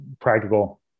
practical